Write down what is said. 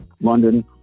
London